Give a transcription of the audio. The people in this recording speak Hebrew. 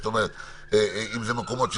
זאת אומרת, אם אלו מקומות שסגורים,